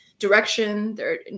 direction